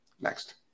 Next